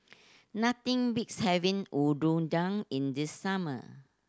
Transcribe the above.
nothing beats having in the summer